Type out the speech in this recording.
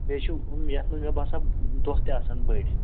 بیٚیہِ چھُ یِم یتھ منٛز مےٚ باسان دۄہ تہِ آسان بٔڈۍ